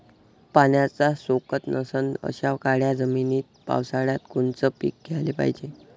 पाण्याचा सोकत नसन अशा काळ्या जमिनीत पावसाळ्यात कोनचं पीक घ्याले पायजे?